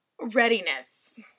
readiness